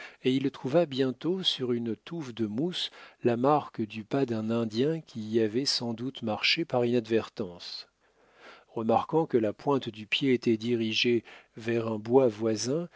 et il trouva bientôt sur une touffe de mousse la marque du pas d'un indien qui y avait sans doute marché par inadvertance remarquant que la pointe du pied était dirigée vers un bois voisin